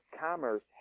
commerce